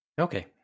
Okay